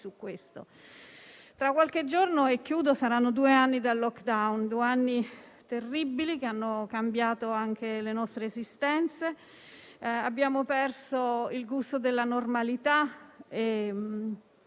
Tra qualche giorno saranno trascorsi due anni dal *lockdown*; due anni terribili che hanno cambiato anche le nostre esistenze. Abbiamo perso il gusto della normalità